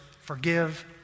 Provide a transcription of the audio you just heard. forgive